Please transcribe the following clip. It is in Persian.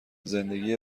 زندگی